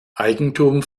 eigentum